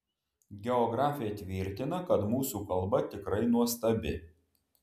geografė tvirtina kad mūsų kalba tikrai nuostabi